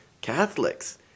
catholics